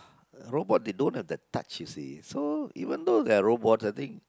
robot they don't have the touch you see so even though they are robot I think